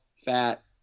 fat